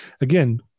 again